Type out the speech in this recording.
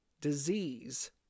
Disease